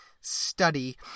study